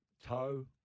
toe